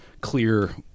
clear